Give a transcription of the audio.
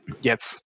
Yes